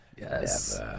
Yes